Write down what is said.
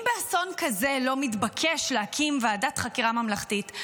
אם באסון כזה לא מתבקש להקים ועדת חקירה ממלכתית,